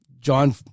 John